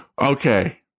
Okay